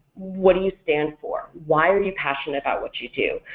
what do you stand for? why are you passionate about what you do?